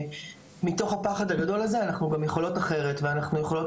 שמתוך הפחד הגדול הזה אנחנו גם יכולות אחרת ואנחנו יכולות